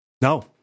No